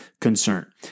concern